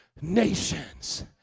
nations